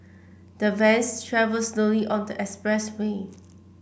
the vans travelled slowly on the expressway